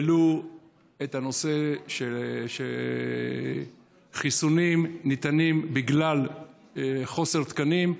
העלו את הנושא שחיסונים ניתנים, בגלל חוסר תקנים,